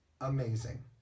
amazing